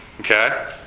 okay